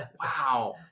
Wow